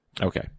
Okay